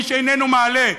איש איננו מעלה,